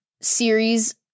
series